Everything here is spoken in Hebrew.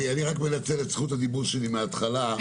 אני רק מנצל את זכות הדיבור שלי מההתחלה.